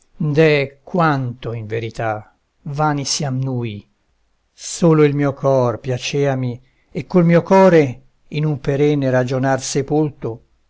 deh quanto in verità vani siam nui solo il mio cor piaceami e col mio core in un perenne ragionar sepolto